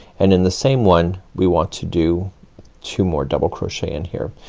and in the same one we want to do two more double crochet in here.